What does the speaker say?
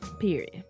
period